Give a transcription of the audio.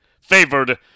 favored